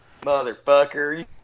motherfucker